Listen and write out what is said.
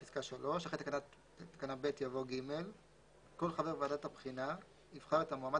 אחרי תקנה (ב) יבוא: "(ג)כל חבר ועדת הבחינה יבחר את המועמד